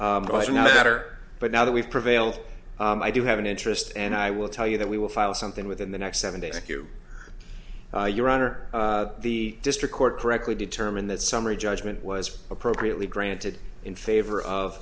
better but now that we've prevailed i do have an interest and i will tell you that we will file something within the next seven days if you your honor the district court correctly determined that summary judgment was appropriately granted in favor of